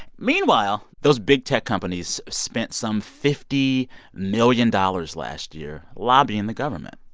meanwhile, those big tech companies spent some fifty million dollars last year lobbying the government,